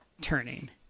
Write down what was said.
turning